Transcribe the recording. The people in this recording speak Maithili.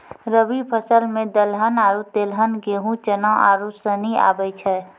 रवि फसल मे दलहन आरु तेलहन गेहूँ, चना आरू सनी आबै छै